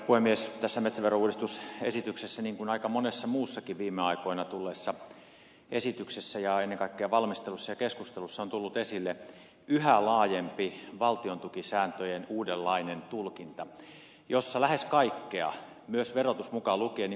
tässä metsäverouudistusesityksessä niin kuin aika monessa muussakin viime aikoina tulleessa esityksessä ja ennen kaikkea valmistelussa ja keskustelussa on tullut esille yhä laajempi valtiontukisääntöjen uudenlainen tulkinta jossa lähes kaikkea myös verotus mukaan lukien niin kuin ed